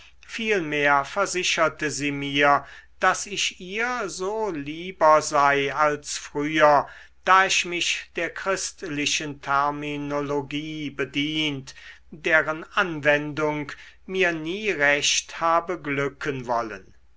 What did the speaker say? vielmehr versicherte sie mir daß ich ihr so lieber sei als früher da ich mich der christlichen terminologie bedient deren anwendung mir nie recht habe glücken wollen